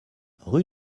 rue